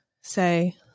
say